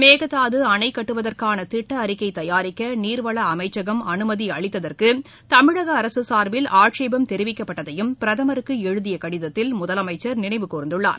மேகதாது அணை கட்டுவதற்கான திட்ட அறிக்கை தயாரிக்க நீர்வள அமைச்சகம் அனுமதி அளித்ததற்கு தமிழக அரசு சார்பில் ஆட்சேபம் தெரிவிக்கப்பட்டதையும் பிரதமருக்கு எழுதிய கடிதத்தில் முதலமைச்சர் நினைவுகூர்ந்துள்ளார்